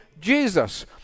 Jesus